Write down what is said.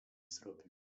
zrobił